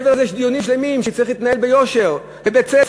מעבר לזה יש דיונים שלמים שצריכים להתנהל ביושר ובצדק.